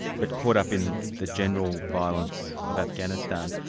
but caught up in the general violence of afghanistan.